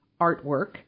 artwork